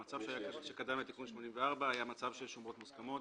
המצב שקדם לתיקון 84 היה מצב של שומות מוסכמות